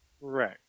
Right